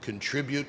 contribute